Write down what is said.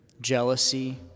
jealousy